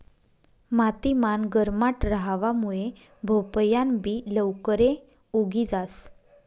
माती मान गरमाट रहावा मुये भोपयान बि लवकरे उगी जास